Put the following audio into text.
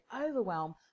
overwhelm